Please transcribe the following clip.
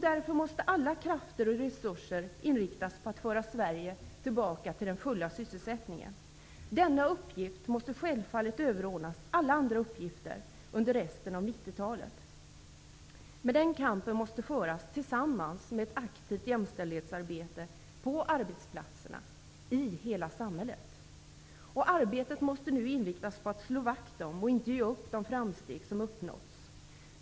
Därför måste alla krafter och resurser inriktas på att föra Sverige tillbaka till den fulla sysselsättningen. Denna uppgift måste självfallet överordnas alla andra uppgifter under resten av 90-talet. Men den kampen måste föras tillsammans med ett aktivt jämställdhetsarbete på arbetsplatserna, i hela samhället. Arbetet måste nu inriktas på att slå vakt om och inte ge upp de framsteg som uppnåtts.